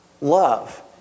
love